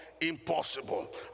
impossible